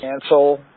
cancel